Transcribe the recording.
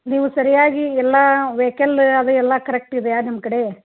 ನೀವು ಸರಿಯಾಗಿ ಎಲ್ಲ ವೆಯ್ಕಲ್ ಅದು ಎಲ್ಲ ಕರೆಕ್ಟ್ ಇದೆಯಾ ನಿಮ್ಮ ಕಡೆ